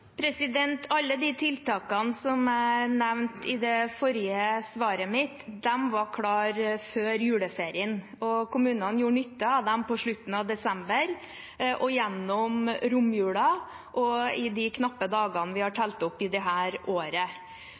tiltakene jeg nevnte i det forrige svaret mitt, var klare før juleferien. Kommunene gjorde nytte av dem i slutten av desember, gjennom romjulen og i de knappe dagene vi har telt opp i dette året. Det